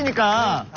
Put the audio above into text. and got